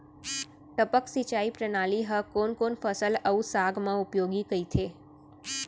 टपक सिंचाई प्रणाली ह कोन कोन फसल अऊ साग म उपयोगी कहिथे?